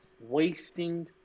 wasting